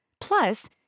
Plus